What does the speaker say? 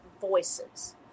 voices